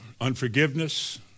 unforgiveness